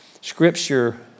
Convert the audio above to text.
Scripture